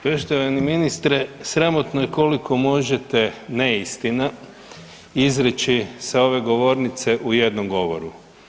Poštovani ministre, sramotno je koliko možete neistina izreći sa ove govornice u jednom govoru.